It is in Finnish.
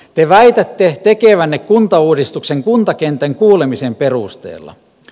te väitätte tekevänne kuntauudistuksen kuntakentän kuulemisen perusteella